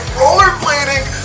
rollerblading